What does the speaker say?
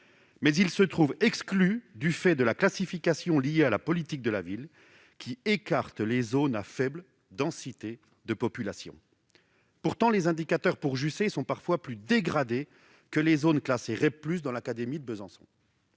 mais il s'en trouve exclu du fait de la classification liée à la politique de la ville, qui écarte les zones à faible densité de population. Pourtant, les indicateurs sont parfois plus dégradés à Jussey que dans les zones classées REP+ de l'académie de Besançon.